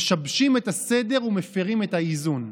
משבשים את הסדר ומפירים את האיזון.